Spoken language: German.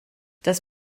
das